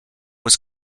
was